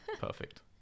Perfect